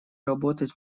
работать